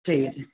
ঠিক আছে